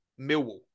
Millwall